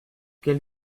quel